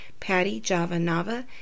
pattyjavanava